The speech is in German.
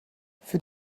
für